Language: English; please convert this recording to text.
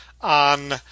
on